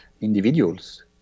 individuals